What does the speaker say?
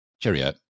cheerio